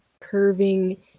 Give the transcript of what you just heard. curving